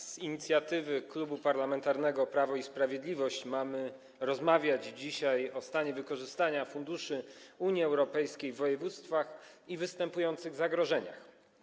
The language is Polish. Z inicjatywy Klubu Parlamentarnego Prawo i Sprawiedliwość mamy rozmawiać dzisiaj o stanie wykorzystania funduszy Unii Europejskiej w województwach i występujących zagrożeniach.